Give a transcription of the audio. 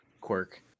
quirk